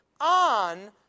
on